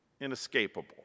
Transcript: inescapable